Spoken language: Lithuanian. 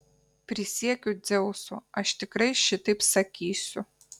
prisiekiu dzeusu aš tikrai šitaip sakysiu